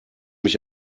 ich